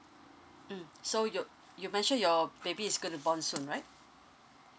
mm so your you mentioned your baby is gonna born soon right